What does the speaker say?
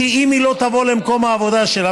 כי אם היא לא תבוא למקום העבודה שלה,